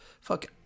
Fuck